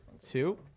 Two